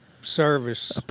service